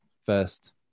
first